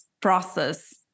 process